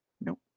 Nope